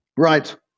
Right